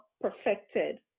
perfected